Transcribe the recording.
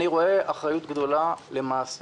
אני רואה אחריות גדולה למעשה,